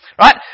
right